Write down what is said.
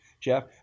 Jeff